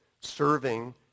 serving